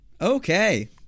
Okay